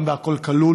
גם בהכול כלול,